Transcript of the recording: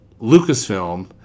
Lucasfilm